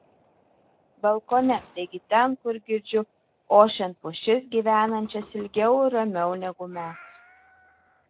balkone taigi ten kur girdžiu ošiant pušis gyvenančias ilgiau ir ramiau negu mes